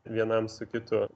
vienam su kitu